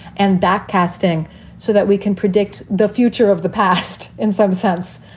and back casting so that we can predict the future of the past in some sense.